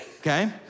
okay